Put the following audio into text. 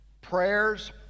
prayers